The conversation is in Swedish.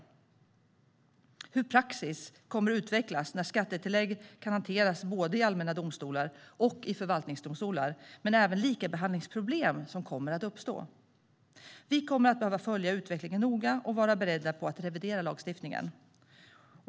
Det gäller inte bara hur praxis kommer att utvecklas när skattetillägg kan hanteras i både allmänna domstolar och förvaltningsdomstolar utan också de likabehandlingsproblem som kommer att uppstå. Vi kommer att behöva följa utvecklingen noga och vara beredda på att revidera lagstiftningen.